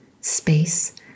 space